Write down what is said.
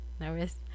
nervous